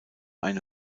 eine